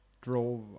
drove